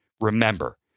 remember